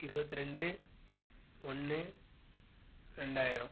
இருபத்தி ரெண்டு ஒன்று ரெண்டாயிரம்